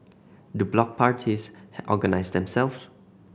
do block parties organise themselves